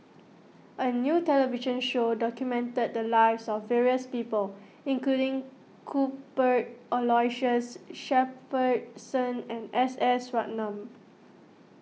a new television show documented the lives of various people including Cuthbert Aloysius Shepherdson and S S Ratnam